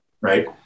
right